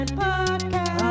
podcast